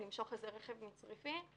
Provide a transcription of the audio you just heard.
למשוך רכב מצריפין'